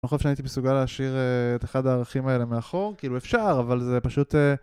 אני לא חושב שאני הייתי nסוגל להשאיר את אחד הערכים האלה מאחור, כאילו אפשר, אבל זה פשוט...